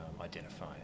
identify